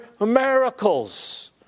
miracles